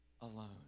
alone